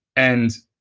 and